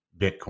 Bitcoin